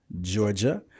Georgia